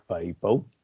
people